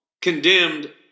condemned